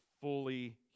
fully